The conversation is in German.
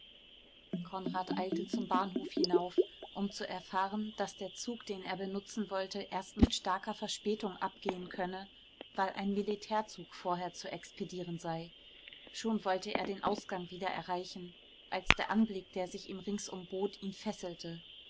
konrad eilte zum bahnhof hinauf um zu erfahren daß der zug den er benutzen wollte erst mit starker verspätung abgehen könne weil ein militärzug vorher zu expedieren sei schon wollte er den ausgang wieder erreichen als der anblick der sich ihm ringsum bot ihn fesselte